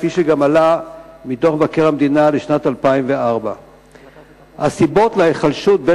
כפי שעלה גם מדוח מבקר המדינה לשנת 2004. הסיבות להיחלשות הן,